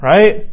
Right